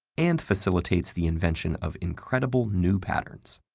and facilitates the invention of incredible new patterns.